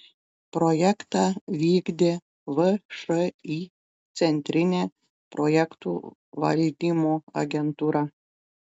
projektą vykdė všį centrinė projektų valdymo agentūra